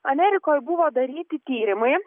amerikoj buvo daryti tyrimai